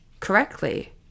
correctly